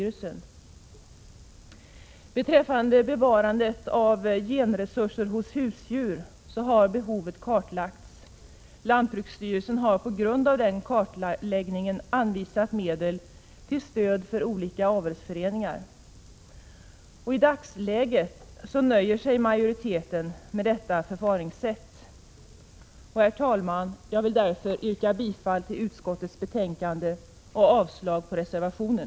Beträffande bevarandet av genresurser hos husdjur har behovet kartlagts. Lantbruksstyrelsen har på grund av den kartläggningen anvisat medel för stöd till olika avelsföreningar. I dagsläget nöjer sig majoriteten med detta förfaringssätt. Herr talman! Jag vill yrka bifall till utskottets hemställan och avslag på reservationen.